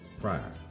prior